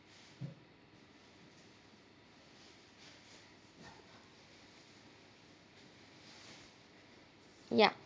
ya